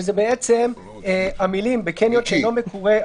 כשזה בעצם המילים: בקניון שאינו מקורה,